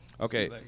Okay